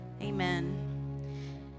Amen